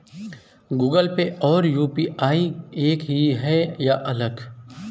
Google Pay और UPI एक ही है या अलग?